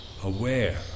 aware